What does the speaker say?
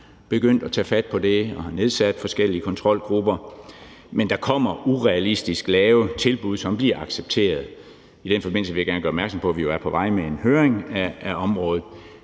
begyndt at tage fat på det og har nedsat forskellige kontrolgrupper, men der kommer urealistisk lave tilbud, som bliver accepteret. I den forbindelse vil jeg gerne gøre opmærksom på, at vi jo er på vej med en høring om området.